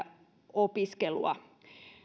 opiskelua